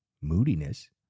moodiness